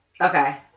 okay